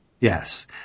yes